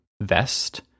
vest